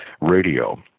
radio